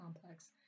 complex